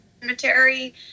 cemetery